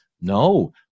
No